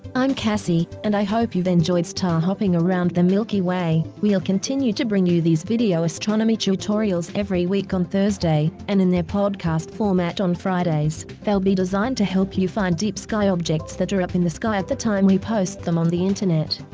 i'm cassie, and i hope you've enjoyed star hopping around the milky way. we'll continue to bring you these video astronomy tutorials every week on thursday, and in their podcast format on fridays. they will be designed to help you find deep sky objects that are up in the sky at the time we post them on the internet.